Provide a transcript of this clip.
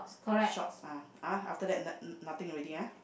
shorts ah after that no~ nothing already ah